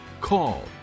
Call